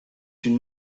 une